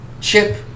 Chip